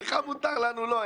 לך מותר, לנו לא.